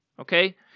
okay